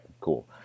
Cool